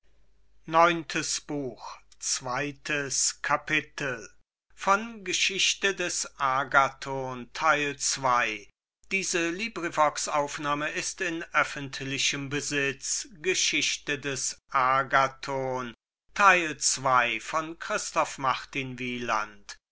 käufer des agathon